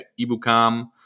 Ibukam